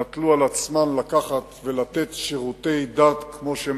נטלו על עצמן לתת שירותי דת כמו שהן